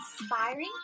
Inspiring